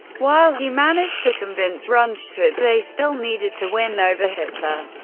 while he managed to convince rundstedt, they still needed to win over hitler.